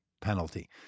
penalty